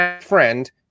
friend